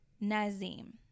Nazim